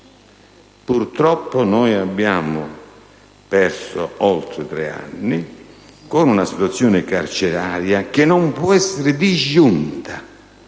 Purtroppo, abbiamo perso oltre tre anni, con una situazione carceraria che non può essere disgiunta